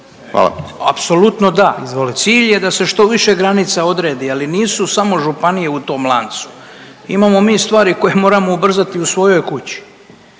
Izvolite/…. Cilj je da se što više granica odredi, ali nisu samo županije u tom lancu, imamo mi stvari koje moramo ubrzati u svojoj kući,